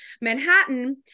manhattan